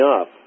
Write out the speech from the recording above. up